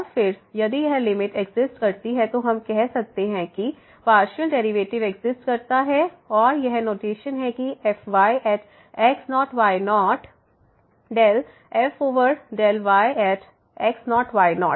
और फिर यदि यह लिमिट एग्जिस्ट करती है तो हम कह सकते हैं कि पार्शियल डेरिवेटिव एग्जिस्ट करता है और यह नोटेशन है कि fyx0 y0 𝝏 f𝝏 y at x0 y0